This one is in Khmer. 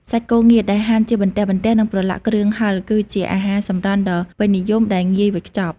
សាច់គោងៀតដែលហាន់ជាបន្ទះៗ និងប្រឡាក់គ្រឿងហិរ គឺជាអាហារសម្រន់ដ៏ពេញនិយមដែលងាយវេចខ្ចប់។